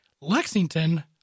Lexington